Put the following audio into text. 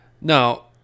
Now